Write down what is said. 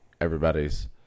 everybody's